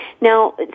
Now